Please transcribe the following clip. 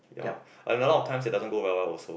ya and a lot of times it does not go very well also